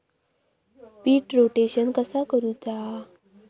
पीक rotation कसा करूचा?